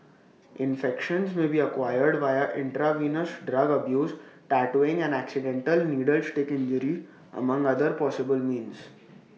infections may be acquired via intravenous drug abuse tattooing and accidental needle stick injury among other possible means